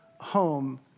Home